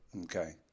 Okay